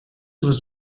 was